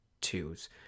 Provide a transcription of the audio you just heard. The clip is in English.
twos